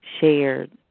shared